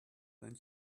than